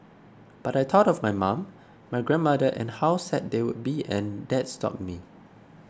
but I thought of my mum my grandmother and how sad they would be and that stopped me